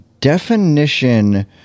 definition